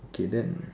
K then